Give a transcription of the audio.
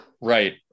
Right